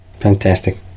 fantastic